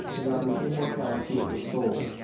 and on the immortality of the soul,